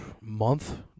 month